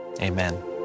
Amen